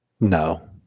No